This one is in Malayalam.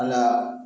അല്ലാ